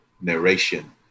narration